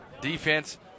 Defense